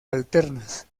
alternas